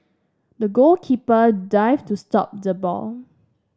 the goalkeeper dived to stop the ball